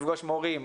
פוגשים מורים,